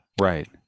right